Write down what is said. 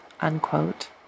unquote